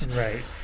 Right